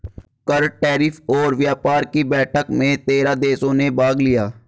कर, टैरिफ और व्यापार कि बैठक में तेरह देशों ने भाग लिया